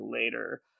later